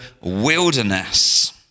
wilderness